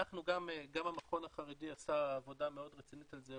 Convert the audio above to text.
גם המכון החרדי עשה עבודה מאוד רצינית על זה,